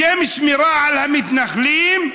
בשם שמירה על המתנחלים,